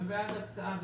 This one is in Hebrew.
ועד הקצאה.